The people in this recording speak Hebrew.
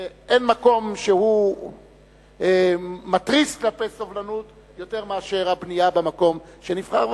שאין מקום שהוא מתריס כלפי סובלנות יותר מאשר הבנייה במקום שנבחר,